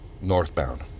northbound